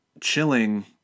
chilling